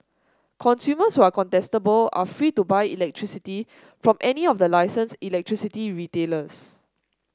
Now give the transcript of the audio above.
consumers who are contestable are free to buy electricity from any of the licensed electricity retailers